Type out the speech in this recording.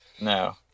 no